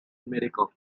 medical